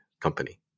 company